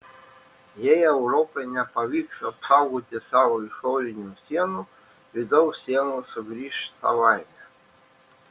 jei europai nepavyks apsaugoti savo išorinių sienų vidaus sienos sugrįš savaime